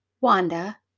Wanda